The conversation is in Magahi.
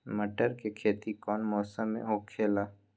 मटर के खेती कौन मौसम में होखेला?